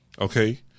okay